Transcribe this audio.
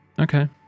Okay